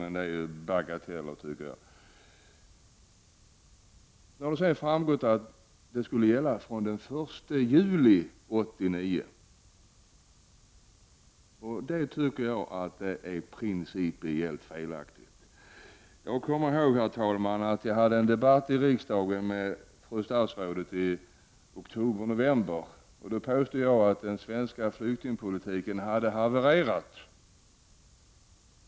Men detta är bagateller, tycker jag. Det har framgått att beslutet skulle gälla från den 1 juli 1989. Det tycker jag är principiellt felaktigt. Jag kommer ihåg, herr talman, att jag hade en debatt i riksdagen med fru statsrådet i oktober eller november, och jag påstod då att den svenska flyktingpolitiken hade havererat.